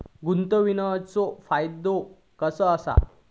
गुंतवणीचो फायदो काय असा?